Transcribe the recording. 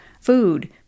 Food